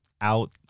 out